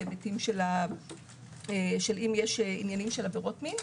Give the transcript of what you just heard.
בהיבטים של אם עבירות מין.